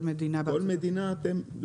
כל מדינה בארצות --- אתם מחליטים לגבי כל מדינה?